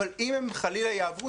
אבל אם הן חלילה יעברו,